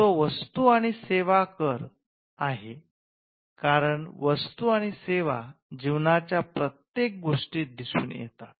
तो वस्तू आणि सेवा कर आहे कारण वस्तू आणि सेवा जीवनाच्या प्रत्येक गोष्टीत दिसून येतात